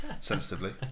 sensitively